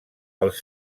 els